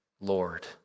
Lord